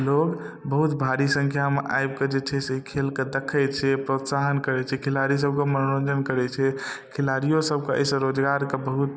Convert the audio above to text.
लोक बहुत भारी संख्यामे आबिकऽ जे छै से ई खेलके देखै छौ प्रोत्साहन करै छै खेलाड़ीसभके मनोरञ्जन करै छै खिलाड़िओ सभके एहिसँ रोजगारके बहुत